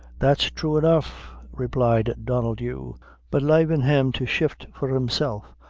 that's thrue enough, replied donnel dhu but lavin' him to shift for himself,